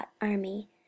army